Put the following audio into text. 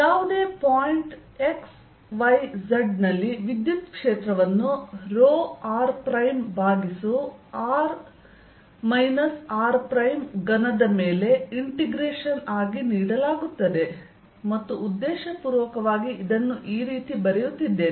ಯಾವುದೇ point x y z ನಲ್ಲಿ ವಿದ್ಯುತ್ ಕ್ಷೇತ್ರವನ್ನು ರೊ r ಪ್ರೈಮ್ ಭಾಗಿಸು r r' ಘನದ ಮೇಲೆ ಇಂಟಿಗ್ರೇಷನ್ ಆಗಿ ನೀಡಲಾಗುತ್ತದೆ ಮತ್ತು ಉದ್ದೇಶಪೂರ್ವಕವಾಗಿ ಇದನ್ನು ಈ ರೀತಿ ಬರೆಯುತ್ತಿದ್ದೇನೆ